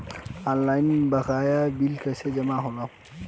Online बकाया bill कैसे जमा होला?